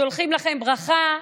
אנחנו שולחים לכם ברכה,